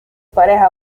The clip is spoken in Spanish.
pareja